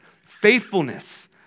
faithfulness